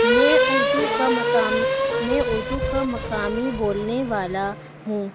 میں اردو کا مقام میں اردو کا مقامی بولنے والا ہوں